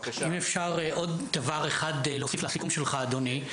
אם אפשר עוד דבר אחד להוסיף לסיכום שלך, אדוני.